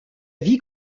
vie